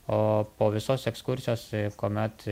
o po visos ekskursijos kuomet